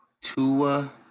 Tua